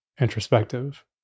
introspective